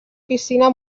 piscina